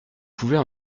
pouvais